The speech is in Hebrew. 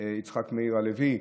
יצחק מאיר הלוי,